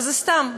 וזה סתם,